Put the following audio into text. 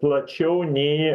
plačiau nei